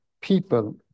people